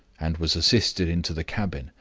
and was assisted into the cabin,